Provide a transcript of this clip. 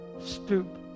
stoop